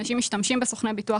אנשים משתמשים בסוכני ביטוח.